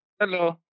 hello